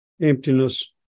emptiness